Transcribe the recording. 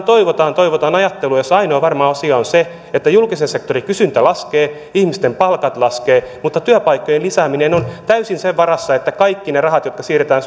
toivotaan toivotaan ajattelua jossa ainoa varma asia on se että julkisen sektorin kysyntä laskee ihmisten palkat laskevat mutta työpaikkojen lisääminen on täysin sen varassa että kaikki ne rahat jotka siirretään